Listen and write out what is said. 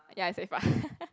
ya it's very far